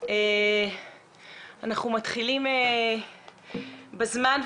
אנחנו מתחילים בזמן,